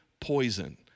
poison